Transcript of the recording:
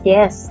Yes